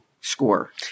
score